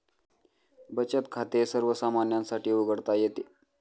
बचत खाते सर्वसामान्यांसाठी उघडता येते